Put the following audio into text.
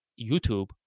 YouTube